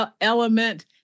element